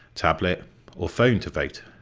tablet or phone to vote.